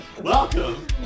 welcome